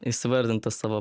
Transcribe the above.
įsivardint tą savo